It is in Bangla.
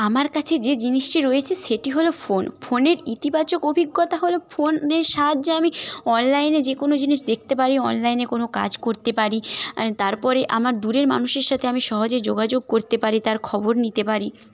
আমার কাছে যে জিনিসটি রয়েছে সেটি হল ফোন ফোনের ইতিবাচক অভিজ্ঞতা হল ফোনের সাহায্যে আমি অনলাইনে যে কোন জিনিস দেখতে পারি অনলাইনে কোন কাজ করতে পারি তারপরে আমার দূরের মানুষের সাথে আমি সহজে যোগাযোগ করতে পারি তার খবর নিতে পারি